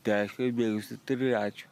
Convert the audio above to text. tai aišku a bėgu su triračiu